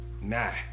nah